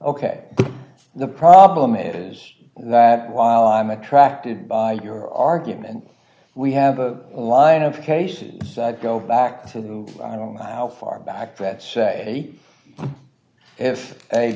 ok the problem is that while i'm attracted by your argument we have a line of cases go back to the i don't know how far back that say if a